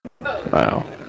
Wow